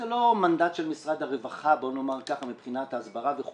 זה לא מנדט של משרד הרווחה מבחינת ההסברה וכו'.